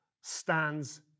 stands